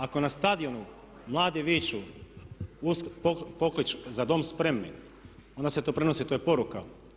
Ako na stadionu mladi viču pokliču za Dom spremni onda se to prenosi, to je poruka.